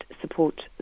support